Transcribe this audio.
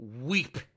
weep